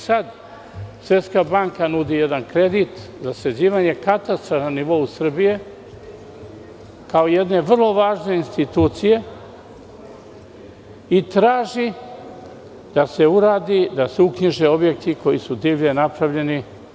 Svetska banka nudi jedan kredit za sređivanje katastra na nivou Srbije kao jedne vrlo važne institucije i traži da se uradi uknjižba objekata koji su divlje napravljeni.